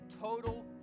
total